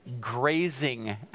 grazing